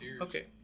Okay